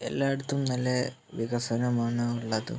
എല്ലായിടത്തും നല്ല വികസനമാണ് ഉള്ളതും